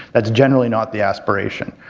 that's generally not the aspiration.